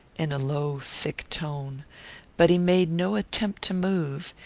in a low thick tone but he made no attempt to move,